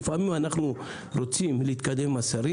לפעמים אנחנו רוצים להתקדם עם השרים